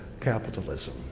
capitalism